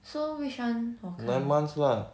so which one 我看